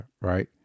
right